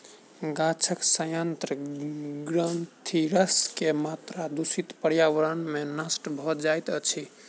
गाछक सयंत्र ग्रंथिरस के मात्रा दूषित पर्यावरण में नष्ट भ जाइत अछि